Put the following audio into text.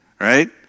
right